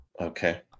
Okay